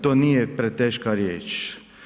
To nije preteška riječ.